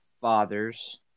fathers